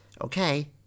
Okay